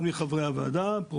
אין שורה